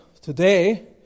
today